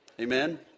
Amen